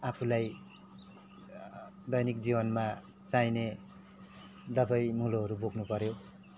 आफुलाई दैनिक जीवनमा चाहिने दबाई मुलोहरू बोक्न पऱ्यो